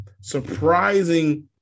surprising